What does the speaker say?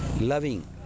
loving